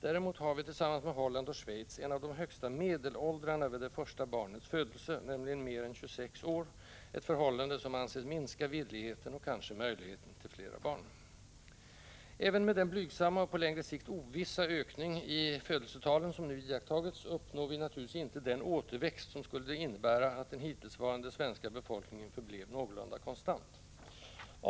Däremot har vi, tillsammans med Holland och Schweiz, en av de högsta medelåldrarna vid det första barnets födelse, nämligen mer än 26 år —- ett förhållande som anses minska villigheten och kanske möjligheten till flera barn. Även med den blygsamma — och på längre sikt ovissa — ökning i födelsetalen som nu iakttagits uppnår vi naturligtvis inte den återväxt som skulle innebära att den hittillsvarande svenska befolkningen förblev någorlunda konstant.